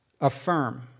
affirm